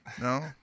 no